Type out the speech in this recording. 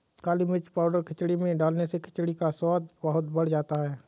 काली मिर्च का पाउडर खिचड़ी में डालने से खिचड़ी का स्वाद बहुत बढ़ जाता है